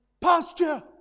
pasture